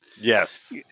Yes